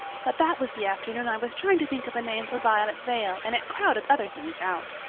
but that was the afternoon i was trying to think of a name for violet vale and it crowded other things out.